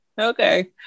Okay